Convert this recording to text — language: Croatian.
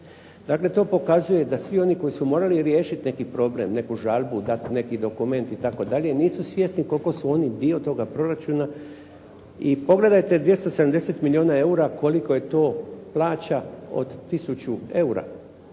Dakle to pokazuje da svi oni koji su morali riješiti neki problem, neku žalbu, dati neki dokument itd., nisu svjesni koliko su oni dio toga proračuna i pogledajte 270 milijona eura koliko je to plaća od tisuću eura